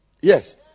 Yes